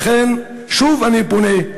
לכן, שוב אני פונה,